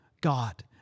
God